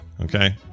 Okay